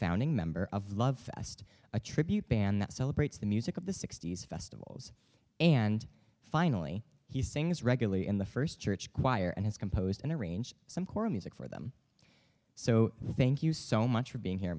founding member of love fest a tribute band that celebrates the music of the sixty's festivals and finally he sings regularly in the first church choir and has composed and arrange some choral music for them so thank you so much for being here